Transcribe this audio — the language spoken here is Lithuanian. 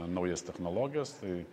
naujas technologijas tai